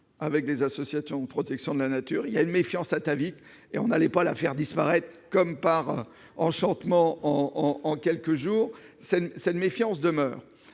avec des associations de protection de la nature. Il y a une méfiance atavique, nous n'allions pas la faire disparaître, comme par enchantement, en quelques jours ... Face à cette méfiance qui demeure,